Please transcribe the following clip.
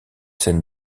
scènes